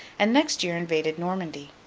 and next year invaded normandy.